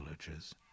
villages